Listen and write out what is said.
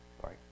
sorry